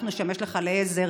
אנחנו נשמש לך לעזר,